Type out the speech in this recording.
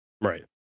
Right